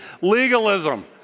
legalism